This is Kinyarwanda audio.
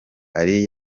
ali